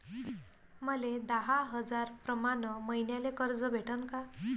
मले दहा हजार प्रमाण मईन्याले कर्ज भेटन का?